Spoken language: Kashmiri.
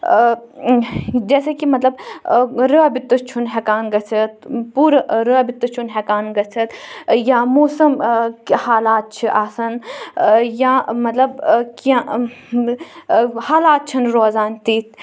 جیسے کہِ مطلب رٲبِطہٕ چھُ نہٕ ہٮ۪کان گٔژھِتھ پوٗرٕ رٲبِطہٕ چھُ نہٕ ہٮ۪کان گٔژھِتھ یا موسَم حالات چھِ آسان یا مطلب کیٚنٛہہ حالات چھِ نہٕ روزان تِتھۍ